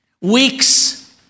Weeks